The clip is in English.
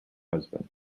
husband